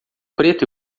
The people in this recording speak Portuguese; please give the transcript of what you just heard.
preto